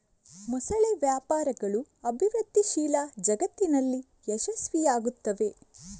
ಮೊಸಳೆ ವ್ಯಾಪಾರಗಳು ಅಭಿವೃದ್ಧಿಶೀಲ ಜಗತ್ತಿನಲ್ಲಿ ಯಶಸ್ವಿಯಾಗುತ್ತವೆ